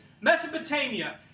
Mesopotamia